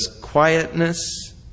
quietness